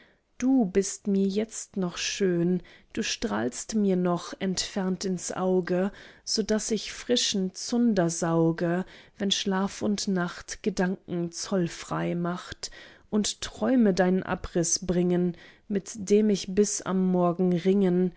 du bist mir jetzt noch schön du strahlst mir noch entfernt ins auge so daß ich frischen zunder sauge wenn schlaf und nacht gedanken zollfrei macht und träume deinen abriß bringen mit dem ich bis am morgen ringen